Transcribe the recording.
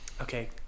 Okay